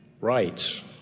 rights